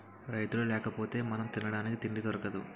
రైతులు లేకపోతె మనం తినడానికి తిండి దొరకదు